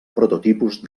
prototipus